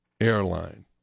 airline